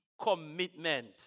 commitment